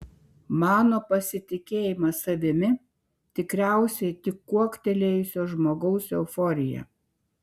mano pasitikėjimas savimi tikriausiai tik kuoktelėjusio žmogaus euforija